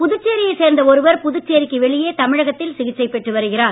புதுச்சேரி யைச் சேர்ந்த ஒருவர் புதுச்சேரி க்கு வெளியே தமிழகத்தில் சிகிச்சை பெற்று வருகிறார்